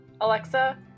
Alexa